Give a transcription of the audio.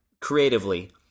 creatively